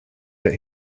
that